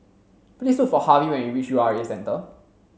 please look for Harvie when you reach U R A Centre